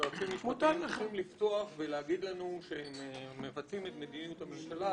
שיועצים משפטיים צריכים לפתוח ולהגיד לנו שהם מבצעים את מדיניות הממשלה.